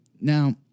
Now